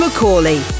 McCauley